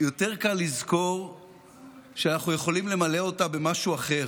יותר קל לזכור שאנחנו יכולים למלא אותה במשהו אחר,